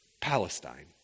Palestine